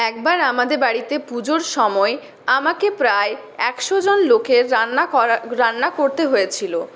একবার আমাদের বাড়িতে পুজোর সময় আমাকে প্রায় একশো জন লোকের রান্না করা রান্না করতে হয়েছিলো